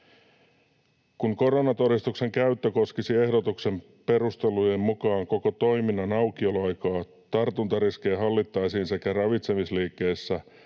”Kun koronatodistuksen käyttö koskisi ehdotuksen perustelujen mukaan koko toiminnan aukioloaikaa, tartuntariskiä hallittaisiin sekä ravitsemisliikkeissä